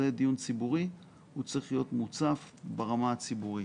זה דיון ציבורי והוא צריך להיות מוצף ברמה הציבורית.